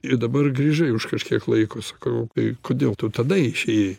ir dabar grįžai už kažkiek laiko sakau tai kodėl tu tada išėjai